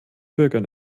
bürgern